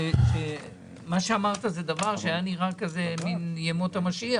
מה שאמרת זה דבר שהיה נראה ימות המשיח,